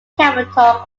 capitol